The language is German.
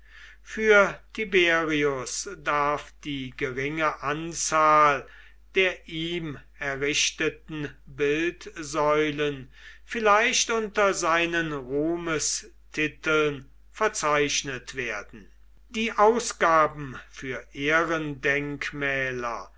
für tiberius darf die geringe anzahl der ihm errichteten bildsäulen vielleicht unter seinen ruhmestiteln verzeichnet werden die ausgaben für